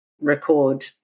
record